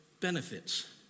benefits